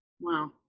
Wow